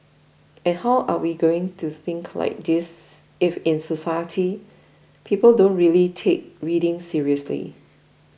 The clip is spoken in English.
and how are we going to think like this if in society people don't really take reading seriously